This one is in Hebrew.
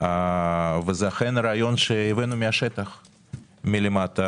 וזה אכן רעיון שהבאנו מהשטח מלמטה.